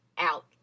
out